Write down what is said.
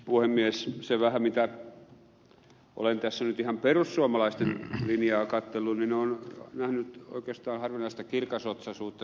sen vähän perusteella mitä olen tässä nyt ihan perussuomalaisten linjaa katsellut olen nähnyt oikeastaan harvinaista kirkasotsaisuutta